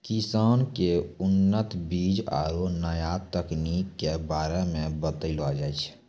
किसान क उन्नत बीज आरु नया तकनीक कॅ बारे मे बतैलो जाय छै